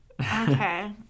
Okay